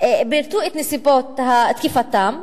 נסיבות תקיפתם,